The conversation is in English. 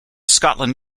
scotland